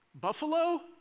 Buffalo